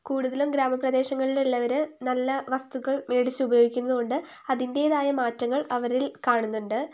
കൂടുതലും ഗ്രാമപ്രദേശങ്ങളിലുള്ളവർ നല്ല വസ്തുക്കൾ മേടിച്ച് ഉപയോഗിക്കുന്നതുകൊണ്ട് അതിൻ്റേതായ മാറ്റങ്ങൾ അവരിൽ കാണുന്നുണ്ട്